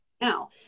now